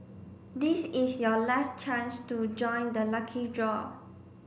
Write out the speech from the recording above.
this is your last chance to join the lucky draw